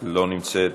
אינה נוכחת,